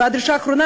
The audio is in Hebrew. והדרישה האחרונה,